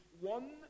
one